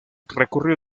recurrió